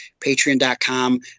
patreon.com